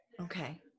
Okay